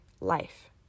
life